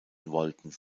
wollten